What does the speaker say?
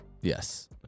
Yes